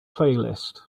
playlist